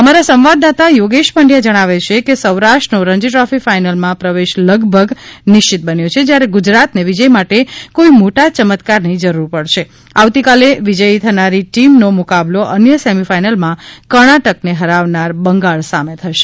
અમારા સંવાદદાતા યોગેશ પંડ્યા જણાવે છે કે સૌરાષ્ટ્રનો રણજી ટ્રોફી ફાઇનલમાં પ્રવેશ લગભગ નિશ્ચિત બન્યો છે જયારે ગુજરાતને વિજય માટે કોઈ મોટા ચમત્કારની જરૂર પડશે આવતીકાલે વિજયી થનારી ટીમનો મુકાબલો અન્ય સેમી ફાઇનલમાં કર્ણાટકને હરાવનાર બંગાળ સામે થશે